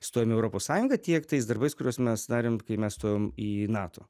stojom į europos sąjungą tiek tais darbais kuriuos mes darėm kai mes stojom į nato